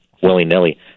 willy-nilly